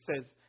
says